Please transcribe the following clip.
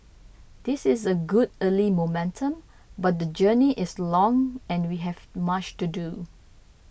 this is a good early momentum but the journey is long and we have much to do